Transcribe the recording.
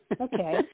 Okay